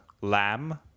lamb